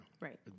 right